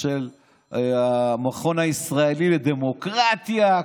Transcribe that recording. של המכון הישראלי לדמוקרטיה,